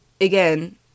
again